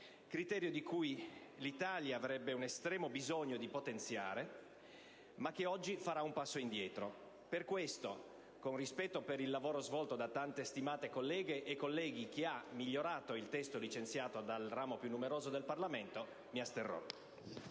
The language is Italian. criterio che l'Italia avrebbe estremo bisogno di potenziare, ma che oggi farà un passo indietro. Per questo, con rispetto per il lavoro svolto da tanti stimati colleghe e colleghi, che ha migliorato il testo licenziato dal ramo più numeroso del Parlamento, mi asterrò.